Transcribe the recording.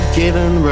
given